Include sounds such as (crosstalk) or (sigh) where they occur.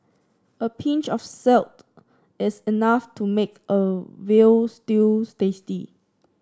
a pinch of (unintelligible) is enough to make a veal stew (unintelligible) tasty